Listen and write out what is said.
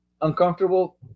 uncomfortable